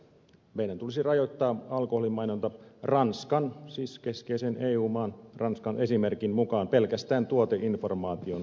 meidän tulisi rajoittaa alkoholin mainonta ranskan siis keskeisen eu maan esimerkin mukaan pelkästään tuoteinformaation antamiseen